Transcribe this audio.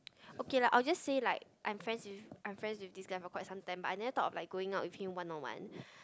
okay lah I will just say like I'm friend with I'm friend with this guy for quite sometime but I never thought of like going out with him one on one